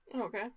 Okay